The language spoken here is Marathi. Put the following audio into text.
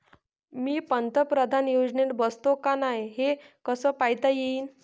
मी पंतप्रधान योजनेत बसतो का नाय, हे कस पायता येईन?